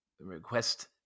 request